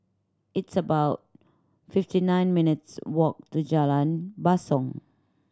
it's about fifty nine minutes walk to Jalan Basong